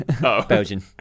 Belgian